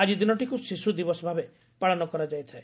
ଆଜି ଦିନଟିକୁ ଶିଶୁ ଦିବସ ଭାବେ ପାଳନ କରାଯାଇଥାଏ